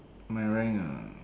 my rank ah